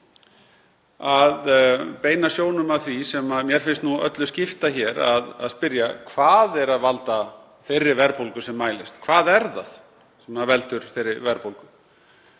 að beina sjónum að því sem mér finnst öllu skipta að spyrja um: Hvað veldur þeirri verðbólgu sem mælist? Hvað er það sem veldur þeirri verðbólgu?